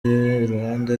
iruhande